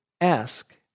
ask